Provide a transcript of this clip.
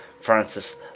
Francis